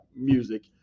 music